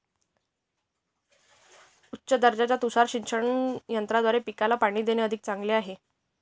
उच्च दर्जाच्या तुषार सिंचन यंत्राद्वारे पिकाला पाणी देणे अधिक चांगले होते